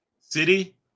city